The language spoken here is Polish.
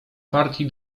partii